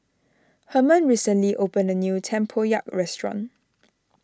Herman recently opened a new Tempoyak restaurant